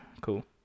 Cool